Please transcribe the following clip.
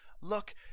Look